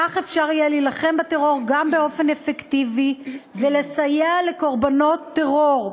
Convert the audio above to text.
כך אפשר יהיה להילחם בטרור גם באופן אפקטיבי ולסייע לקורבנות טרור,